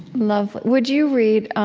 lovely. would you read